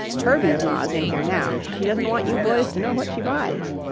herbie's ma's in here now and she doesn't want you boys to know what she buys.